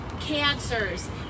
cancers